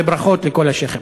וברכות לכל השיח'ים.